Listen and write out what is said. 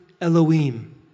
Elohim